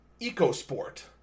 EcoSport